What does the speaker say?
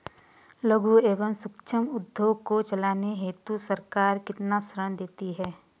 लघु एवं सूक्ष्म उद्योग को चलाने हेतु सरकार कितना ऋण देती है?